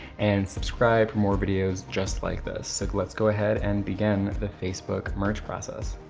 and subscribe for more videos just like this. so let's go ahead and begin the facebook merge process.